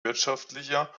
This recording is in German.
wirtschaftlicher